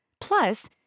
Plus